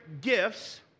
gifts